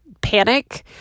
panic